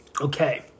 Okay